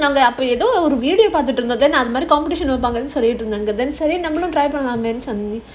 because இந்த மாதிரி:indha maadhiri competition வைப்பாங்கனு சொல்லித்திருந்தேன்:vaipaanganu sollitrunthaen